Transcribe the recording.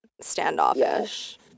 standoffish